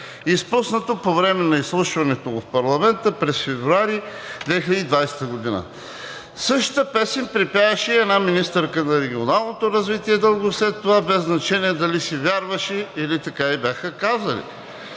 изпуснато по време на изслушването му в парламента през февруари 2020 г. Същата песен припяваше и една министърка на регионалното развитие дълго след това без значение дали си вярваше, или така ѝ бяха казали.